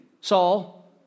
Saul